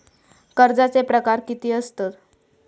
कर्जाचे प्रकार कीती असतत?